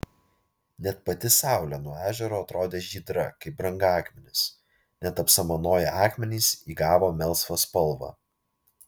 net pati saulė nuo ežero atrodė žydra kaip brangakmenis net apsamanoję akmenys įgavo melsvą spalvą